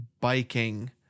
biking